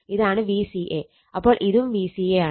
ഇതാണ് Vca അപ്പോൾ ഇതും Vca ആണ്